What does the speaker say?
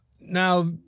Now